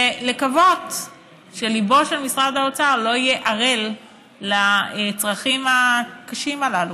ולקוות שליבו של משרד האוצר לא יהיה ערל לצרכים הקשים הללו.